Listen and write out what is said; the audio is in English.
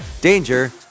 danger